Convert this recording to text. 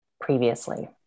previously